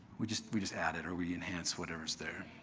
we just we just add it or we enhance whatever's there.